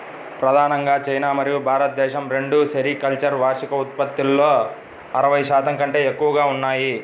ప్రధానంగా చైనా మరియు భారతదేశం రెండూ సెరికల్చర్ వార్షిక ఉత్పత్తిలో అరవై శాతం కంటే ఎక్కువగా ఉన్నాయి